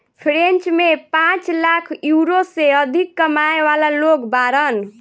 French में पांच lakh euro से अधिक कमाए वाला लोग बाड़न